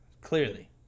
Clearly